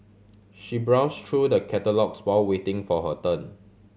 she browse through the catalogues while waiting for her turn